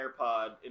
AirPod